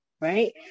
right